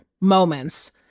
moments